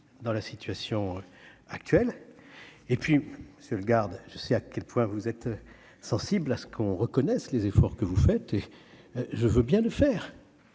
dans la situation actuelle et puis se le garde, je sais à quel point vous êtes sensible à ce qu'on reconnaisse les efforts que vous faites et je veux bien le faire,